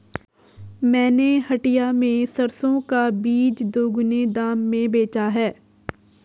मैंने हटिया में सरसों का बीज दोगुने दाम में बेचा है